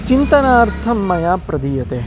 चिन्तनार्थं मया प्रदीयते